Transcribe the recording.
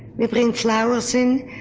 we bring flowers in,